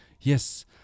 Yes